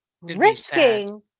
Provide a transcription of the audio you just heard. risking